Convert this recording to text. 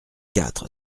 quatre